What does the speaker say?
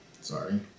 Sorry